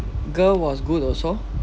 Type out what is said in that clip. girl was good also